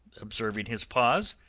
observing his pause,